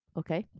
okay